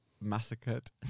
massacred